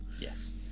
Yes